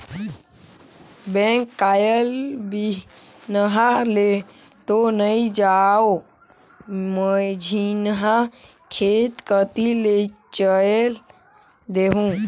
bank कायल बिहन्हा ले तो नइ जाओं, मझिन्हा खेत कति ले चयल देहूँ